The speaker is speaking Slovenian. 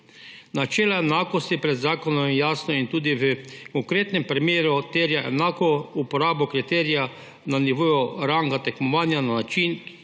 Načelo enakosti pred zakonom je jasno in tudi v konkretnem primeru terja enako uporabo kriterija na nivoju ranga tekmovanja na način, če